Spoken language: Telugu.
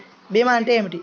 భీమా అంటే ఏమిటి?